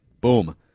Boom